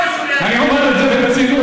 אני אומר את זה ברצינות.